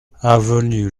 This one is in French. avenue